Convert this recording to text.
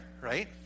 right